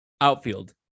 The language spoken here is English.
Outfield